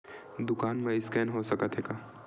दुकान मा स्कैन हो सकत हे का?